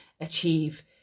achieve